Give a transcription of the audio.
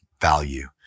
value